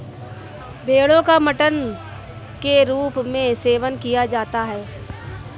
भेड़ो का मटन के रूप में सेवन किया जाता है